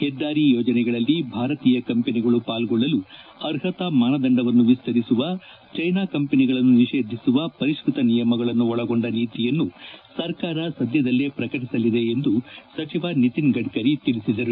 ಹೆದ್ದಾರಿ ಯೋಜನೆಗಳಲ್ಲಿ ಭಾರತೀಯ ಕಂಪನಿಗಳು ಪಾಲ್ಗೊಳ್ಳಲು ಅರ್ಹತಾ ಮಾನದಂಡವನ್ನು ವಿಸ್ತರಿಸುವ ಚೈನಾ ಕಂಪನಿಗಳನ್ನು ನಿಷೇಧಿಸುವ ಪರಿಷ್ನತ ನಿಯಮಗಳನ್ನು ಒಳಗೊಂಡ ನೀತಿಯನ್ನು ಸರ್ಕಾರ ಸದ್ಲದಲ್ಲೇ ಪ್ರಕಟಿಸಲಿದೆ ಎಂದು ಸಚಿವ ನಿತಿನ್ ಗಡ್ಡರಿ ತಿಳಿಸಿದ್ದಾರೆ